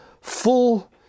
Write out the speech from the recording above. full